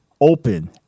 open